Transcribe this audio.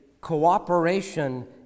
cooperation